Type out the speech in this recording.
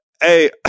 Hey